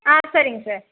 ஆ சரிங்க சார்